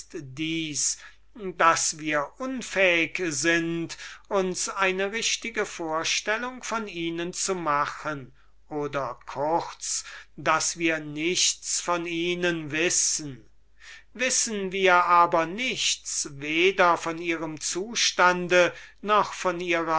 daß wir unfähig sind uns eine richtige idee von ihnen zu machen oder kurz daß wir nichts von ihnen wissen wissen wir aber nichts weder von ihrem zustande noch von ihrer